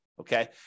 Okay